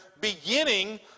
beginning